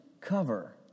cover